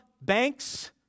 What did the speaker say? banks